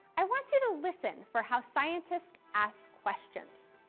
i want you to listen for how scientists ask questions.